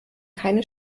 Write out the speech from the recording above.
keine